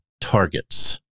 targets